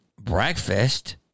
breakfast